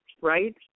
right